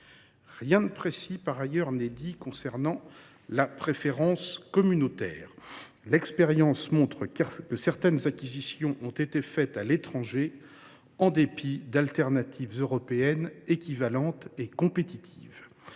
rien de précis n’est dit concernant la préférence communautaire. L’expérience montre que certaines acquisitions ont été faites à l’étranger en dépit de l’existence de solutions européennes équivalentes et compétitives.